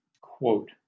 quote